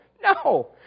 no